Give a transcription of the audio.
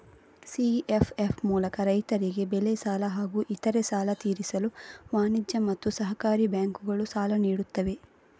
CFF ಮೂಲಕ ರೈತರಿಗೆ ಬೆಳೆ ಸಾಲ ಹಾಗೂ ಇತರೆ ಸಾಲ ತೀರಿಸಲು ವಾಣಿಜ್ಯ ಮತ್ತು ಸಹಕಾರಿ ಬ್ಯಾಂಕುಗಳು ಸಾಲ ನೀಡುತ್ತವೆ